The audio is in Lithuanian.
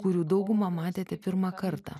kurių daugumą matėte pirmą kartą